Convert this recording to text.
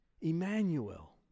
Emmanuel